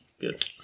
good